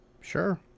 Sure